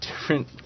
different